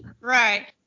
Right